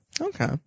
okay